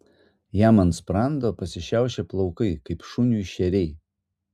jam ant sprando pasišiaušė plaukai kaip šuniui šeriai